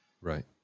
Right